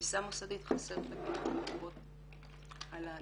לתפיסה מוסדית, חסר --- על הדיור בקהילה.